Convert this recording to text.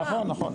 נכון.